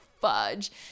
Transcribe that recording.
fudge